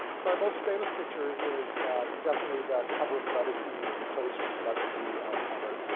my most famous picture is definitely the cover of let it be, the replacements's let it be album cover.